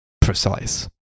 precise